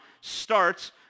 starts